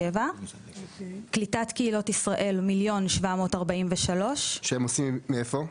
קליטת קהילות ישראל 1.743 מיליון --- שהם עושים מאיפה?